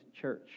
church